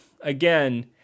Again